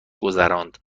گذراند